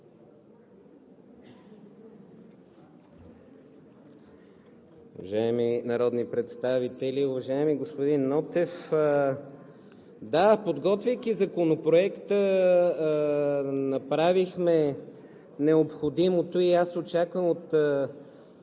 Уважаеми народни представители! Уважаеми господин Нотев – да, подготвяйки Законопроекта, направихме необходимото и аз очаквам от